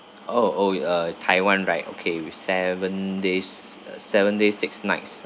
oh oh uh taiwan right okay with seven days ugh seven days six nights